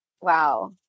Wow